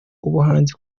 ubuhanzi